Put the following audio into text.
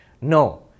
No